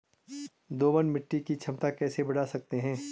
दोमट मिट्टी की क्षमता कैसे बड़ा सकते हैं?